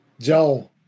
Joe